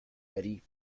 betty